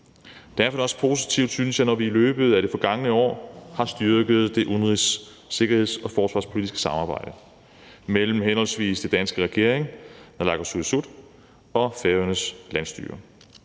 Derfor er det også positivt, synes jeg, når vi i løbet af det forgangne år har styrket det udenrigs-, sikkerheds- og forsvarspolitiske samarbejde mellem henholdsvis den danske regering, naalakkersuisut og Færøernes landsstyre.